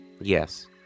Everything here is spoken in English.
Yes